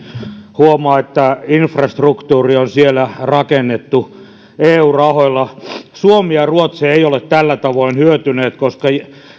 huomaa että infrastruktuuri on siellä rakennettu eun rahoilla suomi ja ruotsi eivät ole tällä tavoin hyötyneet koska